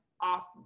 off